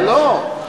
לא, לא.